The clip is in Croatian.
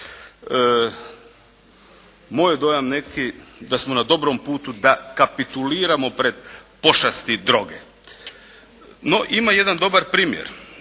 Moj je dojam neki da smo na dobrom putu da kapituliramo pred pošasti droge. No, ima jedan dobar primjer.